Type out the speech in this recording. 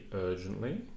urgently